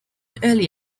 early